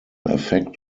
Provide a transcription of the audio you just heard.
affect